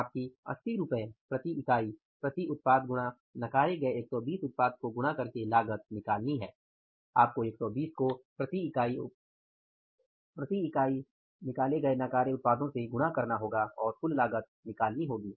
तो आपको 80 रु प्रति इकाई प्रति उत्पाद गुणा नकारे गए 120 उत्पाद को गुणा करके लागत निकालनी है